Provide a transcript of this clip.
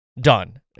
done